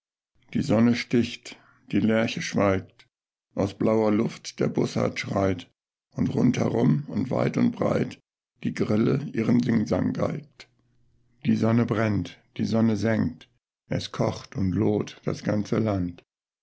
die sonne sticht die lerche schweigt aus blauer luft der bussard schreit und rundumher und weit und breit die grille ihren singsang geigt die sonne brennt die sonne sengt es kocht und loht das ganze land